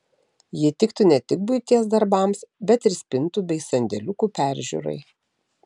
ji tiktų ne tik buities darbams bet ir spintų bei sandėliukų peržiūrai